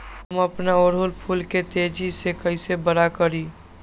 हम अपना ओरहूल फूल के तेजी से कई से बड़ा करी?